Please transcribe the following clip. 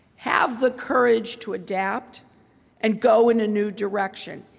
have the courage to adapt and go in a new direction.